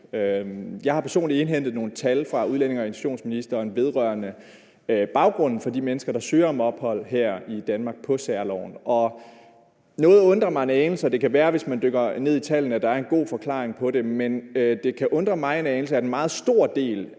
Jeg har personligt indhentet nogle tal fra udlændinge- og integrationsministeren vedrørende baggrunden for de mennesker, der søger om ophold her i Danmark på særloven. Noget undrer mig en anelse, og det kan være, at hvis man dykker ned i tallene, er der en god forklaring på det. Men det kan undre mig en anelse, at en meget stor del